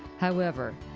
however,